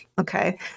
Okay